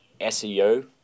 SEO